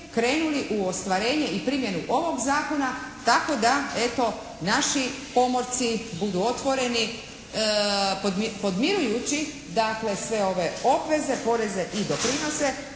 krenuli u ostvarenje i primjenu ovog zakona tako da eto naši pomorci budu otvoreni, podmirujući dakle sve ove obveze, poreze i doprinose